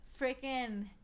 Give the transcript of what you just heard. freaking